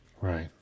Right